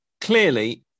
Clearly